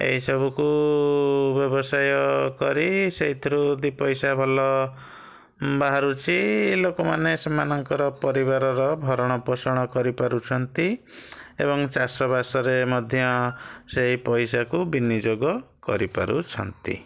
ଏଇସବୁକୁ ବ୍ୟବସାୟ କରି ସେଇଥିରୁ ଦୁଇ ପଇସା ଭଲ ବାହାରୁଛି ଲୋକମାନେ ସେମାନଙ୍କର ପରିବାରର ଭରଣ ପୋଷଣ କରିପାରୁଛନ୍ତି ଏବଂ ଚାଷବାସରେ ମଧ୍ୟ ସେଇ ପଇସାକୁ ବିନିଯୋଗ କରିପାରୁଛନ୍ତି